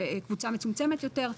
וקבוצה מצומצמת יותר.